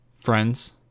friends